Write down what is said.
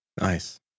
nice